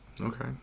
Okay